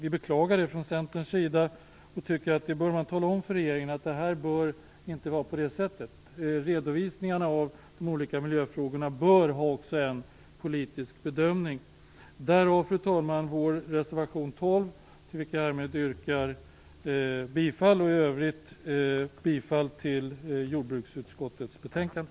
Vi beklagar det från Centerns sida, och vi menar att man bör tala om för regeringen att det inte bör vara på det sättet. Redovisningarna av de olika miljöfrågorna bör ha också en politisk bedömning. Detta är, fru talman, anledningen till vår reservation nr 12, till vilken jag härmed yrkar bifall. I övrigt yrkar jag bifall till utskottets hemställan i jordbruksutskottets betänkande.